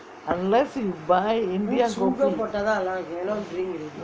unless you buy india coffee